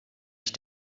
ich